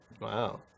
Wow